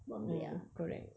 mm correct